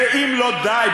ואם לא די,